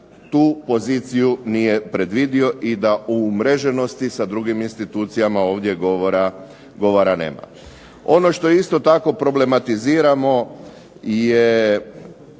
tu poziciju nije predvidio i da u umreženosti sa drugim institucijama ovdje govora nema. Ono što isto tako problematiziramo je